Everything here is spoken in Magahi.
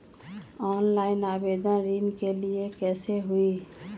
ऑनलाइन आवेदन ऋन के लिए कैसे हुई?